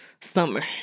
summer